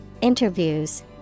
interviews